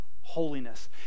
holiness